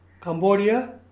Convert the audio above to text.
Cambodia